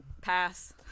Pass